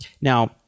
Now